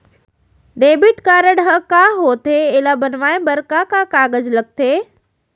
Debit card ह का होथे एला बनवाए बर का का कागज लगथे?